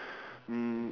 um